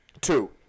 Two